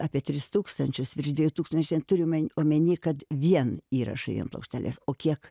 apie tris tūkstančius virš dviejų tūkstančių nes čian turima omeny kad vien įrašai ant plokštelės o kiek